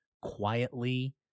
quietly